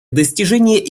достижение